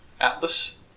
Atlas